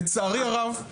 לצערי הרב,